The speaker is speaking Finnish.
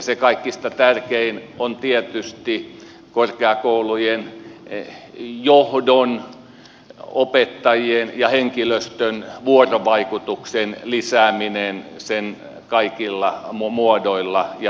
se kaikista tärkein on tietysti korkeakoulujen johdon opettajien ja henkilöstön vuorovaikutuksen lisääminen sen kaikilla muodoilla ja tasoilla